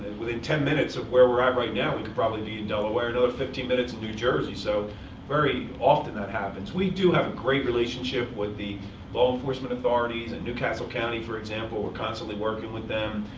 within ten minutes of where we're at right now, we could probably be in delaware. another fifteen minutes, in new jersey. so very often, that happens. we do have a great relationship with the law enforcement authorities in newcastle county, for example. we're constantly working with them.